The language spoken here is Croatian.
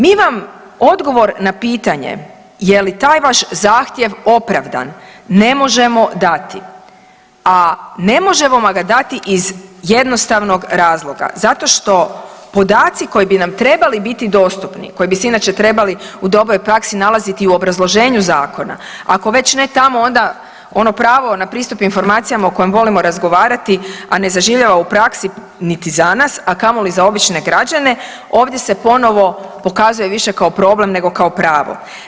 Mi vam odgovor na pitanje jeli taj vaš zahtjev opravdan ne možemo dati a ne možemo vam ga dati iz jednostavnog razloga zato što podaci koji bi nam trebali biti dostupni koji bi se inače trebali u dobroj praksi nalaziti u obrazloženju zakona, ako već ne tamo onda ono pravo na pristup informacijama o kojem volimo razgovarati a ne zaživljavanju u praksi niti za nas, a kamoli za obične građane, ovdje se ponovo pokazuje više kao problem nego kao pravo.